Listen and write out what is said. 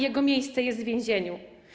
Jego miejsce jest w więzieniu.